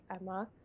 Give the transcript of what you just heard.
Emma